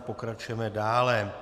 Pokračujeme dále.